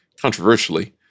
Controversially